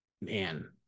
Man